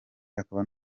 akaba